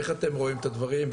איך אתם רואים את הדברים,